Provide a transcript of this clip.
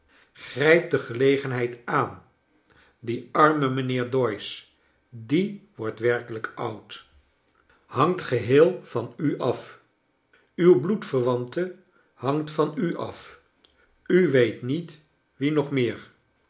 grrijp de gelegenheid aan die arme mijnheer doyce die wordt werkelijk oud hangt geheel van u af uw bloedverwante hangt van u af u weet niet wie nog meer